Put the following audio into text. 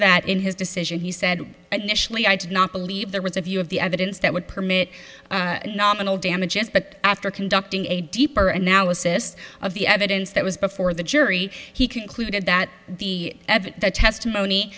that in his decision he said and nationally i did not believe there was a view of the evidence that would permit nominal damages but after conducting a deeper analysis of the evidence that was before the jury he concluded that the testimony